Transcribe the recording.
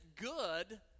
good